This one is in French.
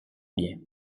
bien